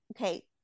Okay